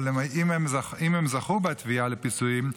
אבל אם הם זכו בתביעה לפיצויים,